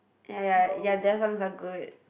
ya ya ya their songs are good